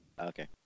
Okay